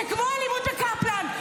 זה כמו אלימות בקפלן.